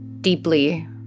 deeply